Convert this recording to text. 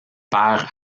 père